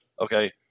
Okay